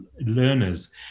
learners